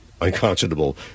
unconscionable